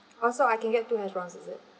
oh so I can get two hash browns is it